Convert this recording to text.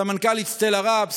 הסמנכ"לית סטלה ראפ,